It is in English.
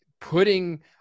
putting